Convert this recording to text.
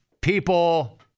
people